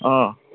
অঁ